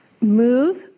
move